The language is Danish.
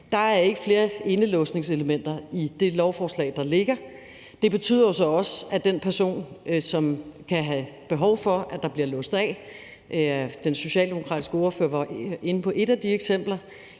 Der er ikke flere indelåsningselementer i det lovforslag, der ligger. Det betyder jo så også, at den person, som kan have behov for, at der bliver låst af – den socialdemokratiske ordfører var inde på et af de eksempler